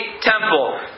temple